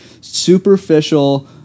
superficial